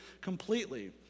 completely